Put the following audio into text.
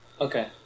Okay